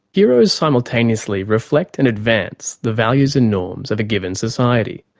heroes simultaneously reflect and advance the values and norms of a given society.